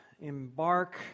embark